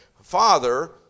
Father